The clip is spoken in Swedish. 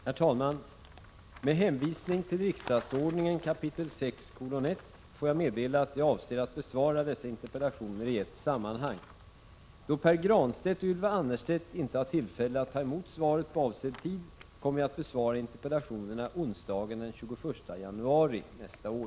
Herr talman! Med hänvisning till 6 kap. 1 § riksdagsordningen får jag meddela att jag avser att besvara dessa interpellationer i ett sammanhang. Då Pär Granstedt och Ylva Annerstedt inte har tillfälle att ta emot svaret på avsedd tid kommer jag att besvara interpellationerna onsdagen den 21 januari nästa år.